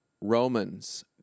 Romans